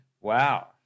wow